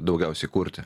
daugiausiai kurti